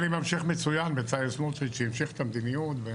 בצלאל סמוטריץ' המשיך את המדיניות.